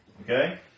okay